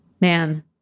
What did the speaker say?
man